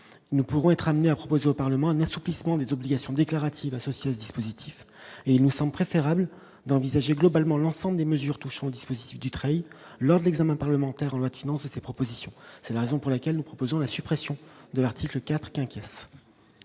ne pourront être amenés à proposer au Parlement un assouplissement des obligations déclaratives associée au dispositif, et nous sommes préférable d'envisager globalement l'ensemble des mesures touchant dispositif du travail lors de l'examen parlementaire en loi de finances et ses propositions, c'est la raison pour laquelle nous proposons la suppression de l'article IV qui inquiète.